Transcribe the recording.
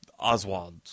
Oswald